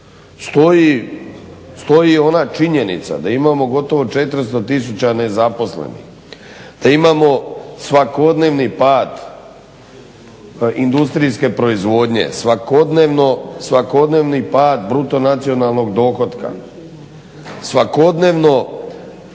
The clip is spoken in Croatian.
stoji ona činjenica da imamo gotovo 400 tisuća nezaposlenih, da imamo svakodnevni pad industrijske proizvodnje, svakodnevni bruto nacionalnog dohotka, svakodnevno